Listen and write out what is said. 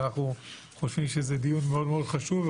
ואנחנו חושבים שזה דיון מאוד מאוד חשוב,